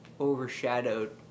overshadowed